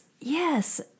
yes